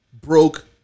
broke